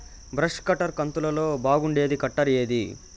Brush cutter కంతులలో బాగుండేది cutter ఏది?